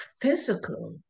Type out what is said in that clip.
physical